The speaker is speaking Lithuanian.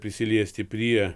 prisiliesti prie